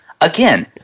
again